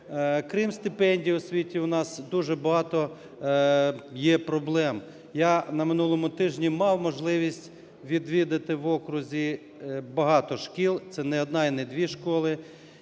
крім стипендій в освіті у нас дуже багато є проблем. Я на минулому тижні мав можливість відвідати в окрузі багато шкіл, це не одна і не дві школи,